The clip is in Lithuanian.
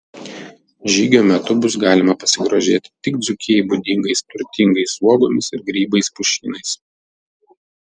žygio metu bus galima pasigrožėti tik dzūkijai būdingais turtingais uogomis ir grybais pušynais